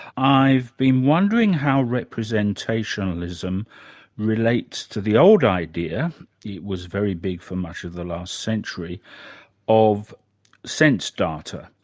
i've been wondering how representationalism relates to the old idea it was very big for much of the last century of sense data.